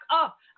up